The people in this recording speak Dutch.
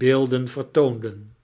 beeldeq vertoonden